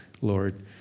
Lord